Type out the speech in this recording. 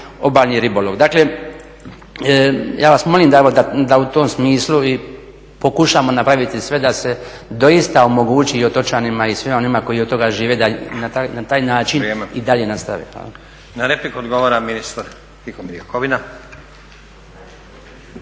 obalni ribolov. Dakle ja vas molim da evo u tom smislu i pokušamo napraviti sve da se doista omogući i otočanima i svima onima koji od toga žive da na taj način i dalje ostave. Hvala. **Stazić, Nenad